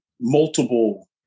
multiple